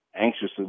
anxiously